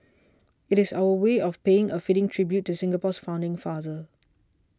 it is our way of paying a fitting tribute to Singapore's founding father